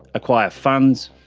acquire funds,